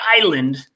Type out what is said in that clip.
Island